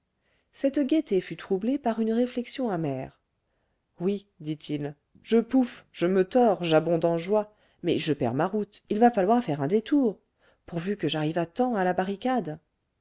cette gaîté fut troublée par une réflexion amère oui dit-il je pouffe je me tords j'abonde en joie mais je perds ma route il va falloir faire un détour pourvu que j'arrive à temps à la barricade